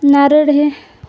नारळ हे